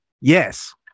Yes